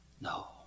no